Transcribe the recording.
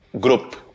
group